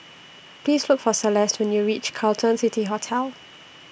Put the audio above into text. Please Look For Celeste when YOU REACH Carlton City Hotel